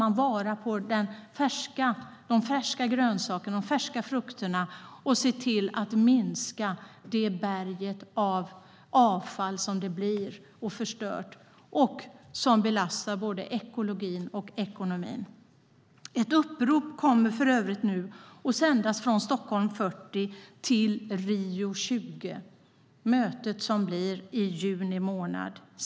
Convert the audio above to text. Men nu tar man vara på de färska grönsakerna och de färska frukterna och ser till att minska det berg av avfall som blir av det som förstörts och som belastar både ekologin och ekonomin. Ett upprop kommer för övrigt nu att sändas från Stockholm + 40 till Rio + 20. Möte sker i juni månad.